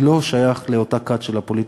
אני לא שייך לאותה כת של הפוליטיקלי-קורקט,